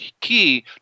Key